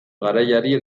garaiari